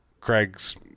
craig's